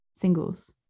singles